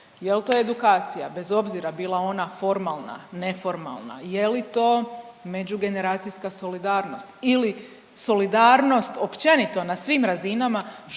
jel to edukacija bez obzira bila ona formalna, neformalna, je li to međugeneracijska solidarnost ili solidarnost općenito na svim razinama?